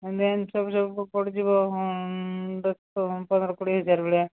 ହଁ ଏମତି ସବୁ ସବୁ ପଡ଼ିଯିବ ଦଶ ପନ୍ଦର କୋଡ଼ିଏ ହଜାର ଭଳିଆ